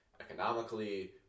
economically